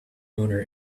owner